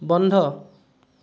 বন্ধ